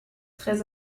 très